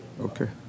Okay